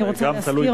אני רוצה, נכון.